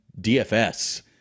DFS